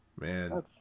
Man